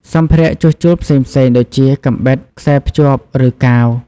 សម្ភារៈជួសជុលផ្សេងៗ ដូចជាកាំបិត ខ្សែរភ្ជាប់ ឬកាវ។